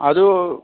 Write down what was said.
ꯑꯗꯨ